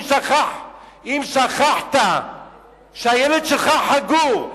אם שכחת שהילד שלך לא חגור,